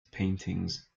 paintings